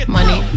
Money